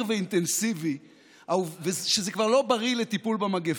ואינטנסיבי שזה כבר לא בריא לטיפול במגפה.